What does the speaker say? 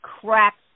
cracks